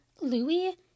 Louis